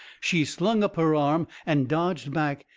she slung up her arm, and dodged back,